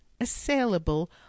assailable